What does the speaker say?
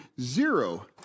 zero